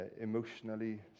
emotionally